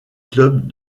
clubs